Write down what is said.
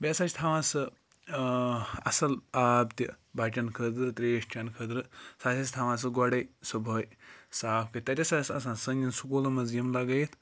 بیٚیہِ ہَسا چھِ تھاوان سُہ اَصٕل آب تہِ بَچَن خٲطرٕ ترٛیش چٮ۪ن خٲطرٕ سُہ ہَسا چھِ تھاوان سُہ گۄڈَے صُبحٲے صاف کٔرِتھ تَتہِ ہَسا چھِ آسان سٲنٮ۪ن سکوٗلَن منٛز یِم لَگٲیِتھ